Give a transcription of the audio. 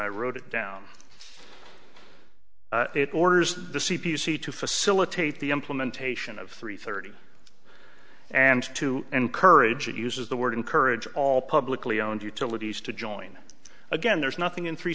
i wrote it down it orders the c p c to facilitate the implementation of three thirty and to encourage it uses the word encourage all publicly owned utilities to join again there is nothing in three